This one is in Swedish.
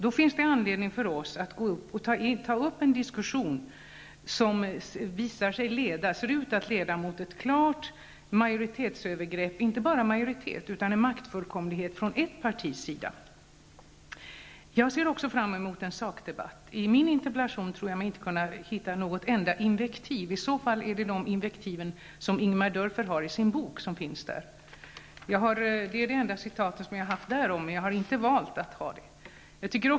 Då finns det anledning för oss att ta upp en diskussion, som ser ut att leda mot ett klart majoritetsövergrepp, och då inte bara majoritetsövergrepp utan maktfullkomlighet från ett partis sida. Även jag ser fram mot en sakdebatt. I min interpellation tror jag mig inte kunna hitta något enda invektiv. Möjligen finns där de invektiv som Ingemar Dörfer har med i sin bok. Det är det enda citat som jag har med, men jag har inte valt att ha det.